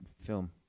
film